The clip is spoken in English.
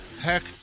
Heck